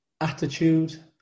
attitude